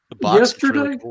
yesterday